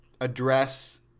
address